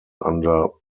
under